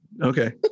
okay